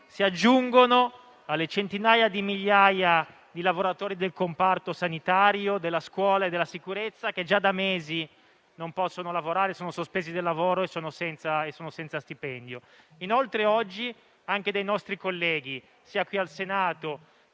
si aggiungono alle centinaia di migliaia di lavoratori del comparto sanitario, della scuola e della sicurezza che già da mesi non possono lavorare, perché sospesi dal lavoro, e sono senza stipendio. Inoltre, da oggi anche dei nostri colleghi, sia al Senato